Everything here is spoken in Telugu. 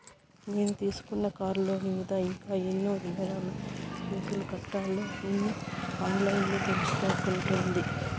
నేను తీసుకున్న కార్లోను మీద ఇంకా ఎన్ని నెలలు కిస్తులు కట్టాల్నో నిన్న ఆన్లైన్లో తెలుసుకుంటి